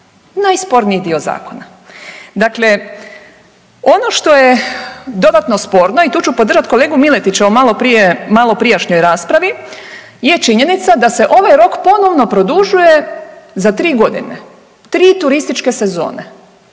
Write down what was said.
najsporniji dio zakona. Dakle, ono što je dodatno sporno i tu ću podržati kolegu Miletića u malo prije, u malo prijašnjoj raspravi je činjenica da se ovaj rok ponovno produžuje za 3 godine. 3 turističke sezone,